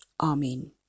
Amen